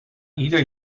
ieder